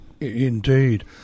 Indeed